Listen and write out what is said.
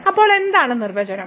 അപ്പോൾ എന്താണ് നിർവചനം